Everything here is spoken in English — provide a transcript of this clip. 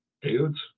dudes